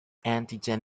antigen